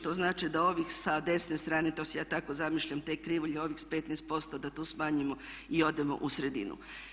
To znači da ovih sa desne strane, to si ja tako zamišljam te krivulje ovih sa 15% da tu smanjimo i odemo u sredinu.